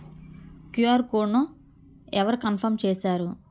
QR code అవరు confirm చేస్తారు?